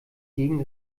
degen